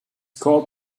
called